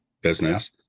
business